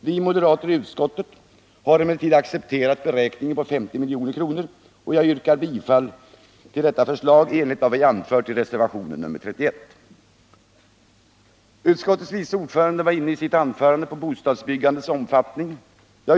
Vi moderater i utskottet har emellertid accepterat beräkningen på 50 milj.kr., och jag yrkar bifall till detta förslag i enlighet med vad vi anfört i reservation nr 31. Utskottets vice ordförande var i sitt anförande inne på bostadsbyggandets omfattning.